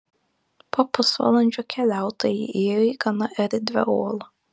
po pusvalandžio keliautojai įėjo į gana erdvią olą